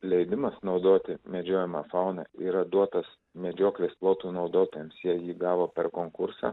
leidimas naudoti medžiojamą fauną yra duotas medžioklės plotų naudotojams jie jį gavo per konkursą